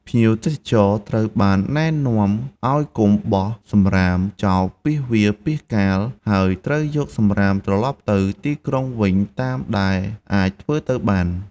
ភ្ញៀវទេសចរត្រូវបានណែនាំឱ្យកុំបោះ សំរាម ចោលពាសវាលពាសកាល ហើយត្រូវយកសំរាមត្រលប់ទៅទីក្រុងវិញតាមដែលអាចធ្វើទៅបាន។